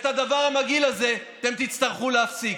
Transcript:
את הדבר המגעיל הזה אתם תצטרכו להפסיק.